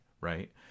right